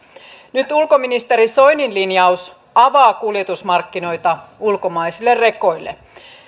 nyt ulkoministeri soinin linjaus avaa kuljetusmarkkinoita ulkomaisille rekoille